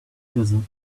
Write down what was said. desert